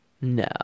No